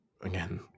again